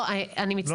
לא, אני מצטערת.